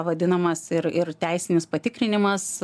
vadinamas ir ir teisinis patikrinimas